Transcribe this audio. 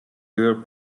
girl